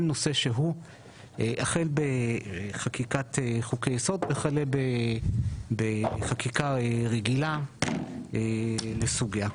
נושא שהוא החל בחקיקת חוקי יסוד וכלה בחקיקה רגילה לסוגיה.